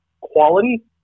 quality